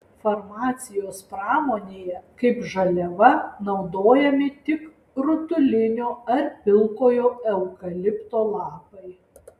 farmacijos pramonėje kaip žaliava naudojami tik rutulinio ar pilkojo eukalipto lapai